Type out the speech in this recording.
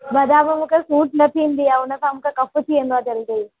बदाम मूंखे सूट न थींदी आहे उन खां मूंखे कफ़ थी वेंदो आहे जल्दी